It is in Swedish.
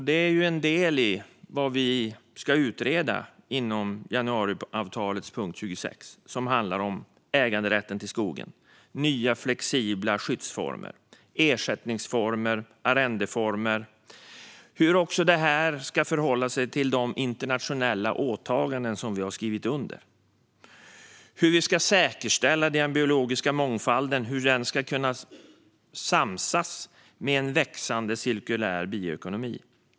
Detta är en del av det vi ska utreda enligt januariavtalets punkt 26, som gäller äganderätten till skogen. Det handlar om nya, flexibla skyddsformer, ersättningsformer och arrendeformer och om hur detta ska förhålla sig till de internationella åtaganden som vi har skrivit under. Det handlar om hur vi ska säkerställa den biologiska mångfalden och hur den ska kunna samsas med en växande cirkulär bioekonomi.